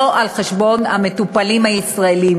לא על חשבון המטופלים הישראלים.